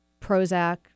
Prozac